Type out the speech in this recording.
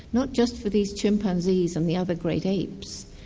not just for these chimpanzees and the other great apes,